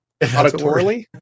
auditorily